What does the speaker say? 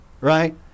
right